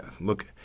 look